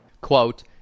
Quote